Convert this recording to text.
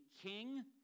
king